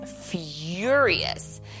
furious